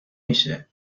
میشه